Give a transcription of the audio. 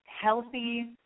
healthy